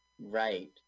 Right